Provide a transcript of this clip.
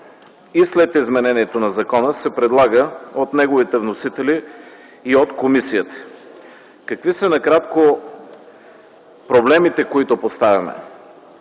и след изменението на закона се предлага от неговите вносители и от комисията. Какви са накратко проблемите, които поставяме?